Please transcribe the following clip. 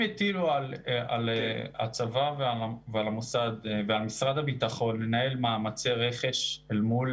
אם הטילו על הצבא ועל המוסד ועל משרד הביטחון לנהל מאמצי רכש אל מול